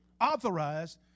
authorized